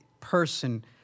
person